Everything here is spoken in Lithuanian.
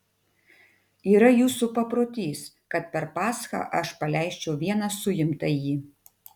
yra jūsų paprotys kad per paschą aš paleisčiau vieną suimtąjį